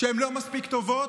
שהן לא מספיק טובות?